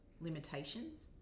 limitations